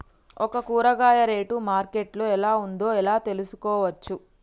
ఒక కూరగాయ rate market లో ఎలా ఉందో ఎలా తెలుసుకోవచ్చు?